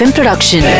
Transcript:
Production